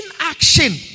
inaction